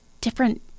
different